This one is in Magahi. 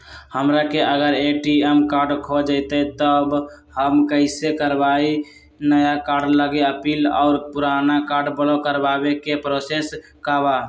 हमरा से अगर ए.टी.एम कार्ड खो जतई तब हम कईसे करवाई नया कार्ड लागी अपील और पुराना कार्ड ब्लॉक करावे के प्रोसेस का बा?